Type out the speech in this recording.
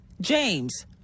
James